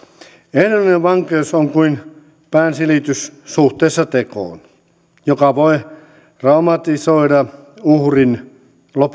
ehdollinen vankeus on kuin päänsilitys suhteessa tekoon joka voi traumatisoida uhrin